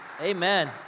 amen